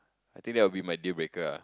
I think that will be my deal breaker ah